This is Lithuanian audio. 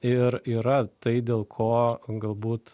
ir yra tai dėl ko galbūt